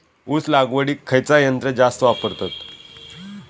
ऊस लावडीक खयचा यंत्र जास्त वापरतत?